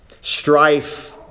Strife